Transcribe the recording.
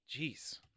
Jeez